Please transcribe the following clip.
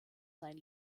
sein